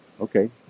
Okay